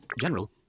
General